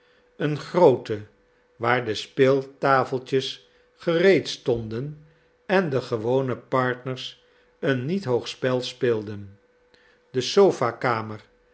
een groote waar de speeltafeltjes gereed stonden en de gewone partners een niet hoog spel speelden de